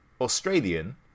Australian